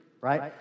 right